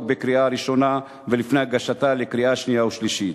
החוק בקריאה ראשונה ולפני הגשתה לקריאה שנייה ושלישית.